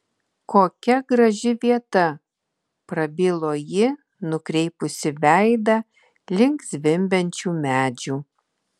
kokia graži vieta prabilo ji nukreipusi veidą link zvimbiančių medžių